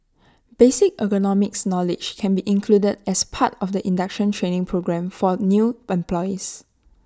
basic ergonomics knowledge can be included as part of the induction training programme for new employees